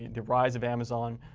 the and rise of amazon,